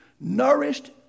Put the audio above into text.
nourished